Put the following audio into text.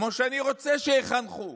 כמו שאני רוצה שיחנכו,